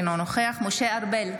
אינו נוכח משה ארבל,